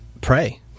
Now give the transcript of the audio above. pray